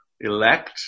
elect